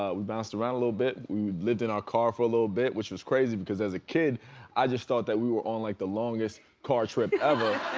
ah we bounced around a little bit. we lived in our car for a little bit which was crazy because as a kid i just thought that we were on like the longest car trip ever.